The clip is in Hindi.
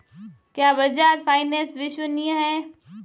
क्या बजाज फाइनेंस विश्वसनीय है?